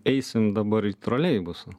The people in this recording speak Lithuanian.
eisim dabar į troleibusą